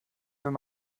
wenn